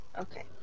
Okay